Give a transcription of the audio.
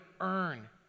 earn